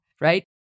right